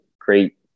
great